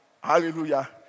Hallelujah